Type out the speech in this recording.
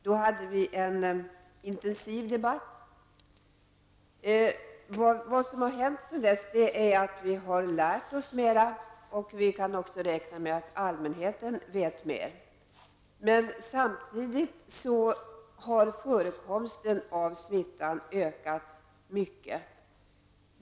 Då hade vi en intensiv debatt. Vad som har hänt sedan dess är att vi har lärt oss mer och att vi också kan räkna med att allmänheten vet mer. Men samtidigt har förekomsten av smittan ökat mycket.